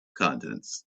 contents